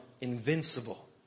invincible